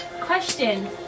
Question